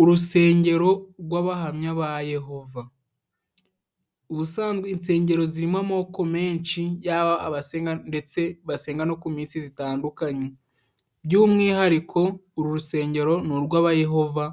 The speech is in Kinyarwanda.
Urusengero rw Abahamya ba Yehova, ubusanzwe insengero zirimo amoko menshi y'abasenga ndetse basenga no ku minsi itandukanye, by'umwihariko uru rusengero, ni urw 'Abahamya ba Yehova,